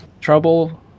trouble